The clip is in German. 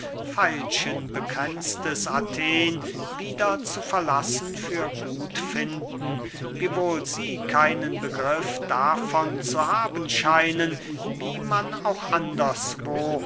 veilchenbekränztes athen wieder zu verlassen für gut finden wiewohl sie keinen begriff davon zu haben scheinen wie man auch anderswo